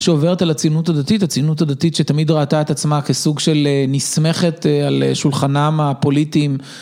שעוברת על הציונות הדתית, הציונות הדתית שתמיד ראתה את עצמה כסוג של נסמכת על שולחנם הפוליטיים.